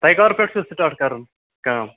تۄہہِ کَر پیٚٹھ چھُو سِٹاٹ کَرُن کٲم